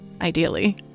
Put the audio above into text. ideally